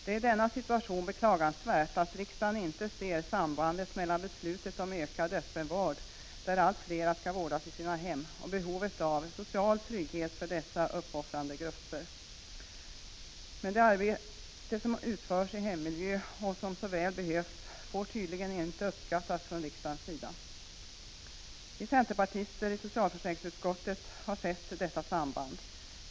Det är beklagligt att riksdagen i denna situation inte ser sambandet mellan beslutet om ökad öppenvård, där allt fler skall vårdas i sina hem, och behovet av social trygghet för dessa uppoffrande grupper. Men det arbete som utförs i hemmiljö och som så väl behövs får tydligen inte uppskattas från riksdagens sida. Vi centerpartister i socialförsäkringsutskottet har sett detta samband.